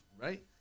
right